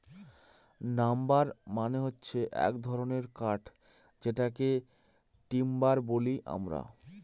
number মানে হচ্ছে এক ধরনের কাঠ যেটাকে টিম্বার বলি আমরা